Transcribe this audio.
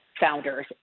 founders